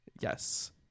Yes